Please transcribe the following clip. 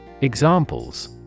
Examples